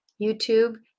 YouTube